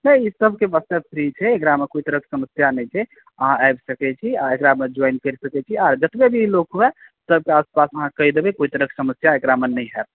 नहि ई सबके मकसद फ्री छै एकरा मे कोइ तरहक समस्या नहि छै अहाँ आबि सकै छी आ एकरा मे ज्वाइन करि सकै छी आ जतबे भी लोक हुए सबके आसपास अहाँ कहि देबै कोइ तरहक समस्या एकरा मे नहि होयत